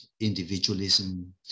individualism